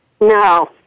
No